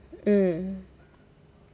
mm